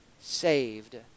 saved